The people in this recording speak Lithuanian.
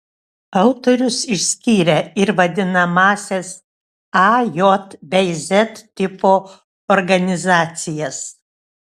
autorius išskyrė ir vadinamąsias a j bei z tipo organizacijas